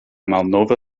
malnova